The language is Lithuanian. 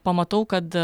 pamatau kad